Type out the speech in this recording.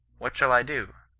what shall i do